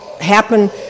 happen